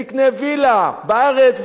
תקנה וילה בארץ,